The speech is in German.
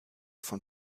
von